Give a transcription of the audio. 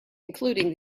including